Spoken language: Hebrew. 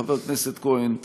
חבר הכנסת כהן,